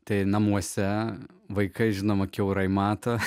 tai namuose vaikai žinoma kiaurai mato